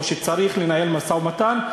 או שצריך לנהל בה משא-ומתן,